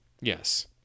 Yes